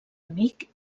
amic